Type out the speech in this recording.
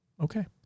Okay